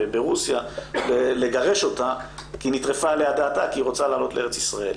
ברוסיה לגרש אותה כי נטרפה עליה דעתה כי היא רוצה לעלות לארץ ישראל,